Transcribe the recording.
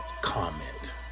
comment